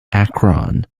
akron